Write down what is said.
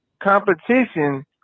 competition